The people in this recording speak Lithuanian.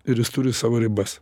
ir jis turi savo ribas